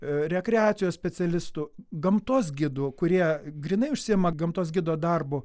rekreacijos specialistų gamtos gidų kurie grynai užsiėma gamtos gido darbu